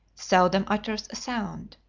seldom utters a sound.